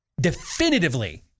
definitively